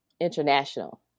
international